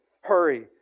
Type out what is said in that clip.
Hurry